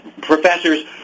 professors